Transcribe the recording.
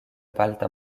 balta